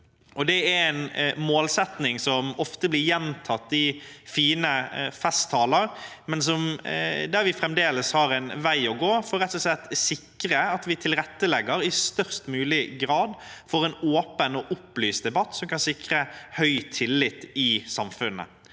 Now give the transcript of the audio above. Det er en målsetting som ofte blir gjentatt i fine festtaler, men der vi fremdeles har en vei å gå for rett og slett å sikre at vi tilrettelegger i størst mulig grad for en åpen og opplyst debatt som kan sikre høy tillit i samfunnet.